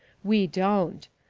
we don't.